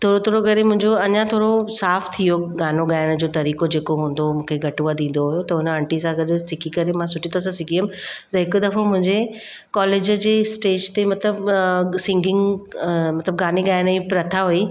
थोरो थोरो करे मुंहिंजो अञा थोरो साफ़ु थियो गानो ॻाइण जो तरीक़ो जेको हूंदो हुओ मूंखे घटि वधि ईंदो हुओ त हुन आंटी सां गॾु सिखी करे मां सुठी तरह सां सिखी वियमि त हिकु दफ़ो मुंहिंजे कॉलेज जी स्टेज ते मतिलबु सिंगिंग मतिलबु गाने ॻाइण जी प्रथा हुई